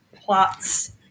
plots